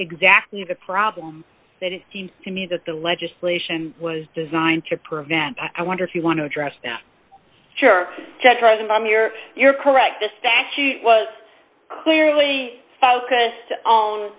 exactly the problem that it seems to me that the legislation was designed to prevent i wonder if you want to address that sure just present i'm you're you're correct the statute was clearly focused on